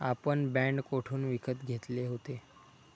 आपण बाँड कोठून विकत घेतले होते?